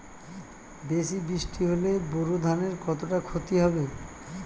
বেশি বৃষ্টি হলে বোরো ধানের কতটা খতি হবে?